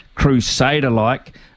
crusader-like